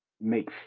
make